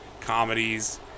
comedies